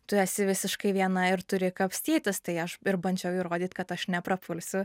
tu esi visiškai viena ir turi kapstytis tai aš ir bandžiau įrodyt kad aš neprapulsiu